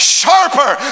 sharper